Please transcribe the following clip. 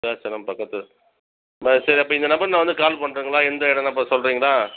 சரி பக்கத்து ஊர் சரி அப்போ இந்த நம்பர் நான் வந்து கால் பண்ணட்டுங்களா எந்த இடன்னு அப்போ சொல்லுறீங்களா